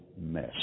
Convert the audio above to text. mess